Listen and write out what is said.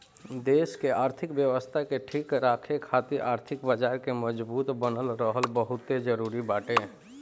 देस के आर्थिक व्यवस्था के ठीक राखे खातिर आर्थिक बाजार के मजबूत बनल रहल बहुते जरुरी बाटे